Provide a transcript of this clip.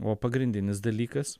o pagrindinis dalykas